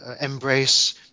embrace